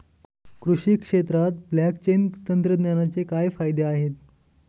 कृषी क्षेत्रात ब्लॉकचेन तंत्रज्ञानाचे काय फायदे आहेत?